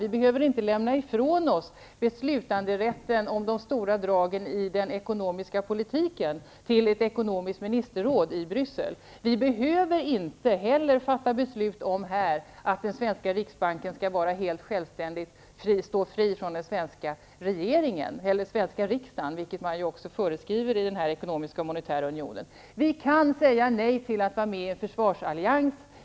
Vi behöver inte lämna ifrån oss beslutanderätten om de stora dragen i den ekonomiska politiken till ett ekonomiskt ministerråd i Bryssel. Vi behöver inte heller här fatta beslut om att den svenska riksbanken skall stå fri från den svenska riksdagen, vilket också föreskrivs i den ekonomiska och monetära unionen. Vi kan säga nej till att vara med i en försvarsallians.